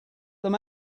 them